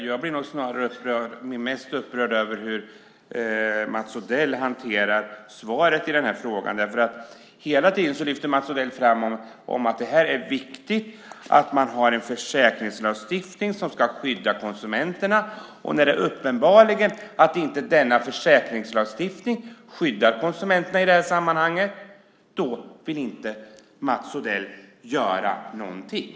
Fru talman! Det jag blir mest upprörd över i den här frågan är hur Mats Odell hanterar svaret. Hela tiden lyfter Mats Odell fram att det är viktigt att ha en försäkringslagstiftning som skyddar konsumenterna, men när det är uppenbart att denna försäkringslagstiftning inte skyddar konsumenterna i det här sammanhanget vill inte Mats Odell göra någonting.